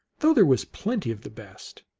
though there was plenty of the best.